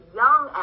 young